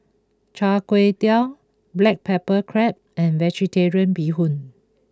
Char Kway Teow Black Pepper Crab and Vegetarian Bee Hoon